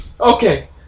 Okay